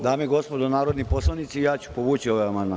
Dame i gospodo narodni poslanici, ja ću povući ovaj amandman.